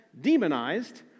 demonized